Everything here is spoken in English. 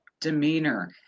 demeanor